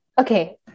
Okay